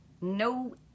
No